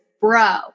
bro